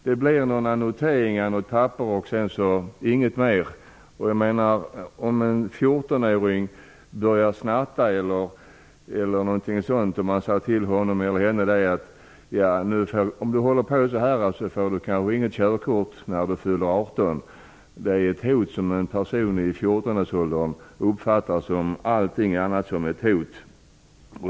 Man gör några noteringar på ett papper och inget mer. En 14-åring, som t.ex. börjat snatta och blir tillsagd: ''Om du håller på så här får du kanske inget körkort när du fyller 18'', uppfattar det som allting annat än ett hot.